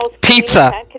Pizza